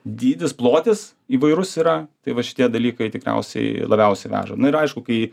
dydis plotis įvairus yra tai va šitie dalykai tikriausiai labiausiai veža nu ir aišku kai